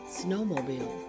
Snowmobile